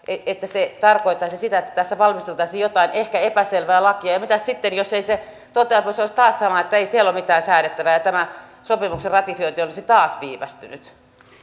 että se tarkoittaisi sitä että tässä valmisteltaisiin jotain ehkä epäselvää lakia ja mitäs sitten jos toteamus olisi taas sama että ei siellä ole mitään säädettävää ja tämä sopimuksen ratifiointi olisi taas viivästynyt